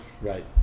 Right